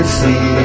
see